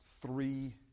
three